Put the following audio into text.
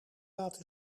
laat